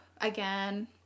again